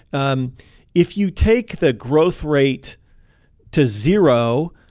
um if you take the growth rate to zero,